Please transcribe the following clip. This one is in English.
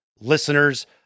listeners